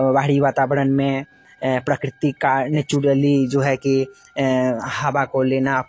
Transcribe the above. बाहरी वातावरण में प्रकृति का नेचुरली जो है कि हवा को लेना